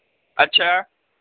اچھا